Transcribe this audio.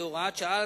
כהוראת שעה,